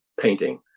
painting